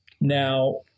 Now